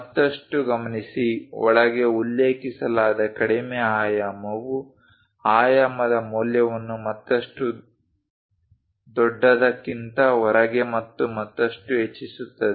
ಮತ್ತಷ್ಟು ಗಮನಿಸಿ ಒಳಗೆ ಉಲ್ಲೇಖಿಸಲಾದ ಕಡಿಮೆ ಆಯಾಮವು ಆಯಾಮದ ಮೌಲ್ಯವನ್ನು ಮತ್ತಷ್ಟು ದೊಡ್ಡದಕ್ಕಿಂತ ಹೊರಗೆ ಮತ್ತು ಮತ್ತಷ್ಟು ಹೆಚ್ಚಿಸುತ್ತದೆ